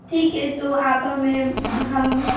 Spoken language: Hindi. ठीक है तो आप हमें हम